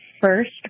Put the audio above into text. first